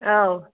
औ